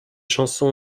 chansons